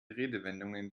redewendungen